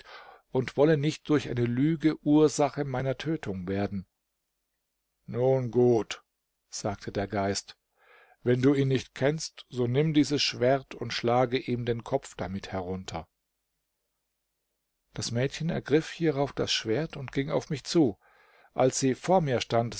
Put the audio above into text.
und wolle nicht durch eine lüge ursache meiner tötung werden nun gut sagte der geist wenn du ihn nicht kennst so nimm dieses schwert und schlage ihm den kopf damit herunter das mädchen ergriff hierauf das schwert und ging auf mich zu als sie vor mir stand